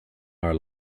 our